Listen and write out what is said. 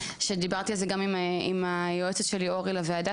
שדיברתי על זה גם היועצת שלי לוועדה,